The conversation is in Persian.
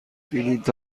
بلیط